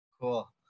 Cool